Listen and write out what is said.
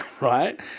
right